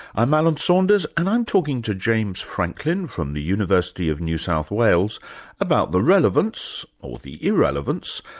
i'm alan saunders and i'm talking to james franklin from the university of new south wales about the relevance, or the irrelevance,